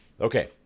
Okay